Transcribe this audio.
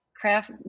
craft